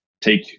take